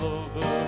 over